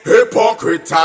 Hypocrite